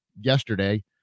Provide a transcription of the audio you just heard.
yesterday